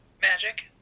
magic